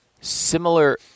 similar